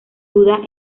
duda